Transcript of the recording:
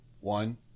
One